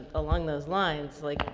along those lines, like,